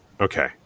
Okay